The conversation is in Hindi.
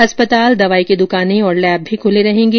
अस्पताल दवाई की दुकानें लैब भी खुले रहेंगे